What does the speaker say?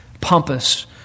pompous